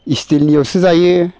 स्टिलनियावसो जायो